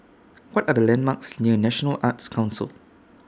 What Are The landmarks near National Arts Council